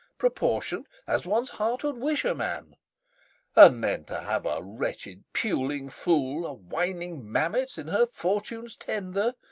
proportion'd as one's heart wish a man and then to have a wretched puling fool, a whining mammet, in her fortune's tender,